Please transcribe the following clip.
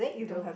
no